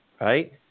Right